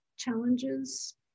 challenges